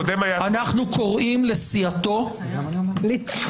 אני חושב שיש הסכמה על זה סביב השולחן.